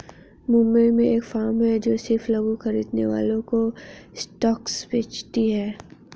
मुंबई में एक फार्म है जो सिर्फ लघु खरीदने वालों को स्टॉक्स बेचती है